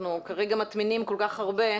כרגע אנחנו מטמינים כל כך הרבה.